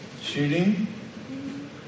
shooting